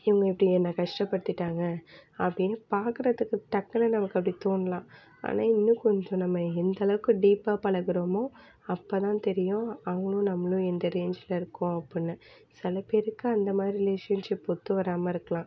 இவங்க இப்படி என்னை கஷ்டப்படுத்திட்டாங்க அப்படின்னு பார்க்கறதுக்கு டக்குன்னு நமக்கு அப்படி தோணலாம் ஆனால் இன்னும் கொஞ்சம் நம்ம எந்தளவுக்கு டீப்பாக பழகுகிறோமோ அப்போ தான் தெரியும் அவங்களும் நம்மளும் எந்த ரேஞ்சில் இருக்கோம் அப்புடின்னு சில பேருக்கு அந்த மாதிரி ரிலேஷன்ஷிப் ஒத்து வராமல் இருக்கலாம்